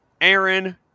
Aaron